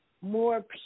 more